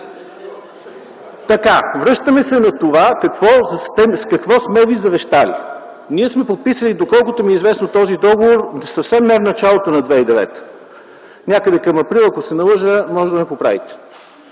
ГЕРБ.) Връщаме се на това какво сме ви завещали. Ние сме подписали, доколкото ми е известно, този договор съвсем не в началото на 2009 г., някъде към април, ако не се лъжа – можете да ме поправите.